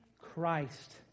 Christ